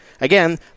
again